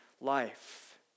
life